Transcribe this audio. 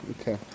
okay